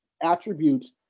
attributes